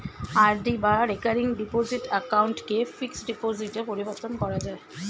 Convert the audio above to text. RD বা recurring deposit অ্যাকাউন্টকে fixed ডিপোজিটে পরিবর্তন করা যায়